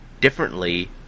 differently